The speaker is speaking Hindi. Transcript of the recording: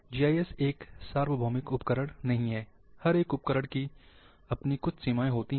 जीआईएस एक सार्वभौमिक उपकरण नहीं है हर एक उपकरण की अपनी कुछ सीमाएं होती हैं